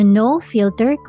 no-filter